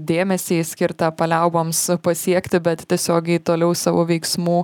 dėmesį skirtą paliauboms pasiekti bet tiesiogiai toliau savo veiksmų